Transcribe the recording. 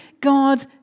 God